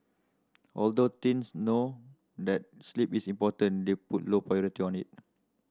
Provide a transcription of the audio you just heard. although teens know that sleep is important they put low priority on it